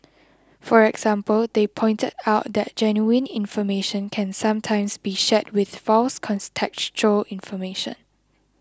for example they pointed out that genuine information can sometimes be shared with false contextual information